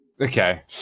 Okay